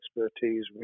expertise